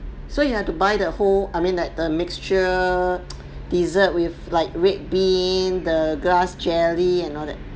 so you have to buy the whole I mean like the mixture dessert with like red bean the grass jelly and all that